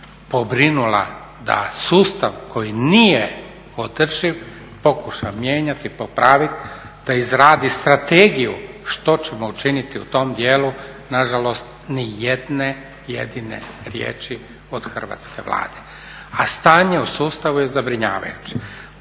pobrinula da sustav koji nije održiv pokuša mijenjati, popraviti, da izradi strategiju što ćemo učiniti u tom dijelu, nažalost ni jedne jedine riječi od Hrvatske Vlade. A stanje u sustavu je zabrinjavajuće.